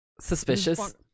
suspicious